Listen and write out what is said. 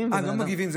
אה, לא מגיבים?